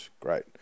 great